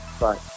Bye